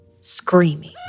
screaming